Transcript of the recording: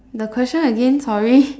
the question again sorry